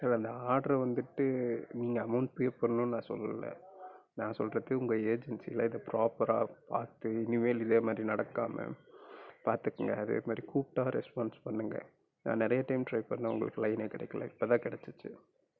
sir அந்த order வந்துட்டு நீங்கள் அமௌண்ட் பே பண்ணனு நான் சொல்லலை நான் சொல்கிறது உங்கள் ஏஜென்சியில இதை ப்ராப்பராக பார்த்து இனிமேல் இதேமாரி நடக்காமல் பார்த்துகுங்க அதேமாதிரி கூப்பிடா ரெஸ்பான்ஸ் பண்ணுங்க நான் நிறைய டைம் ட்ரை பண்ணிணேன் உங்களுக்கு லைனே கிடைக்கல இப்போதான் கிடைச்சிச்சி